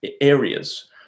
areas